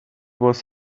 was